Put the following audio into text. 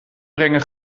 brengen